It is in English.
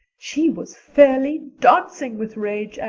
she was fairly dancing with rage, anne.